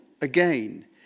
again